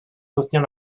soutenir